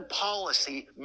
Policy